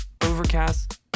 Overcast